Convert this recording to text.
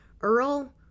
Earl